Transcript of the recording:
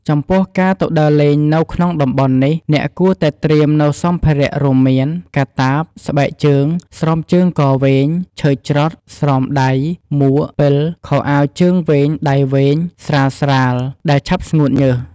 ចំពោះការទៅដើរលេងនៅក្នុងតំបន់នេះអ្នកគួរតែត្រៀមនៅសម្ភារៈរួមមាន កាតាប ស្បែកជើង ស្រោមជើងកវែង ឈើច្រត់ ស្រោមដៃ មួក ពិល ខោអាវជើងវែងដៃវែង ស្រាលៗ ដែលឆាប់ស្ងួតញើស។